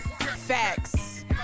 facts